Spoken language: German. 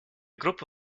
gruppe